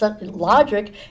logic